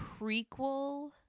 prequel